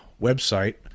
website